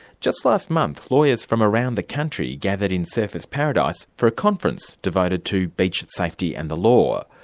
just last month lawyers from around the country gathered in surfers paradise for a conference devoted to beach safety and the law.